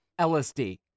LSD